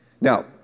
Now